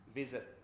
visit